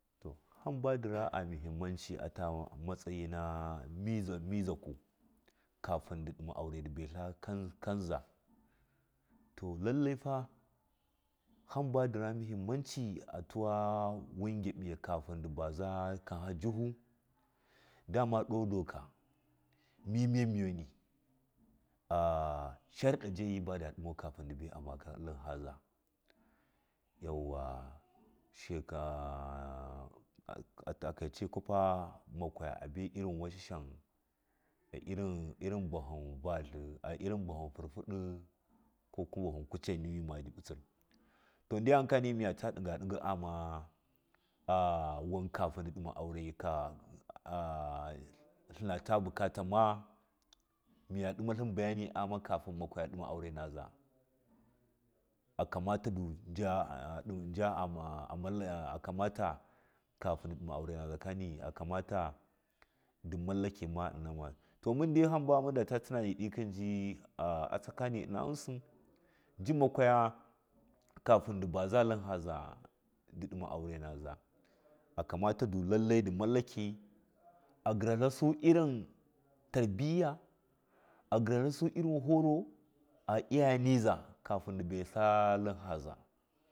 Hamba ndɨra muhimmaci na midzaku kafin ndɨ ɗuma aurɚ ndɨ baitla kanza to lallaifa hamba ra muhimmaci a tu waw un gyaɓiya ka findi vaza kanha jɨfu dama do doka mi mamani a sharida jagi kafin ndi bai amma tlin haza yauwa sheka a takaice makwaya ka bai washasha irɨn vahin vatlin ai irɨn vahim furfudi niwima ndɨɓitsir to ndigakani mɨyata ɗigaɗi gɨ agnama a wun kfin ndi ɗima aura ka a tlinatu burrata ma miyu dima tlin bagani agnama makwaga kafin ndima aurɚnaza kamatu ndu jaa a ɗim jaa mauke kafin ndɨ ɗima aurɚ naza kani ndi mallake manuma to mundai haba mudata tunani dikɨn atsakanin ghɨnsi ji makwaga kafin ndi vaza tlin haza ndɨ ɗima aurɚ naza kamatu lailai di mallake agharatlasu irin tarbiya a gharatlasu irin horo a iyayɚniza kafin ndi baitla haza.